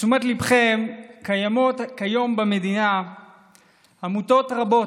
לתשומת ליבכם, קיימות כיום במדינה עמותות רבות,